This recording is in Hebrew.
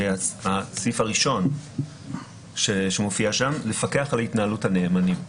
הסעיף הראשון שמופיע שם הוא לפקח על התנהלות הנאמנים.